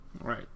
right